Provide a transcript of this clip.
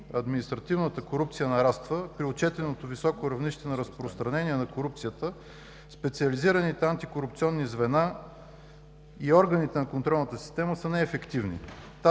Административната корупция нараства. При отчетеното високо равнище на разпространение на корупцията специализираните антикорупционни звена и органите на контролната система са неефективни.